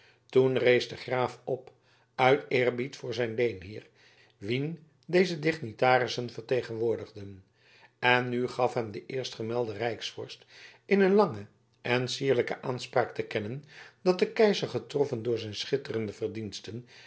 toen rees de graaf op uit eerbied voor zijn leenheer wien deze dignitarissen vertegenwoordigden en nu gaf hem de eerstgemelde rijksvorst in een lange en sierlijke aanspraak te kennen dat de keizer getroffen door zijn schitterende verdiensten